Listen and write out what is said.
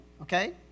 okay